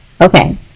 Okay